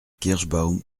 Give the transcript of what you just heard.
kirschbaum